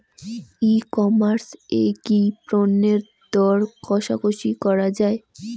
ই commerce এ কি পণ্যের দর কশাকশি করা য়ায়?